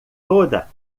toda